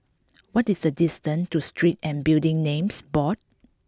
what is the distance to Street and Building Names Board